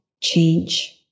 change